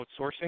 outsourcing